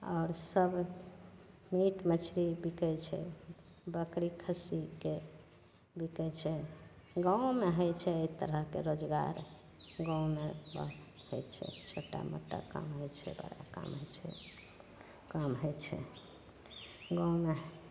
आओर सब मीट मछली बिकै छै बकरी खस्सीके बिकै छै गाममे होइ छै एहि तरहके रोजगार गाममे एतबा होइ छै छोटा मोटा काम होइ छै बड़ा काम होइ छै काम होइ छै गाममे